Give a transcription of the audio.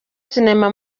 sinema